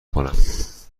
کنم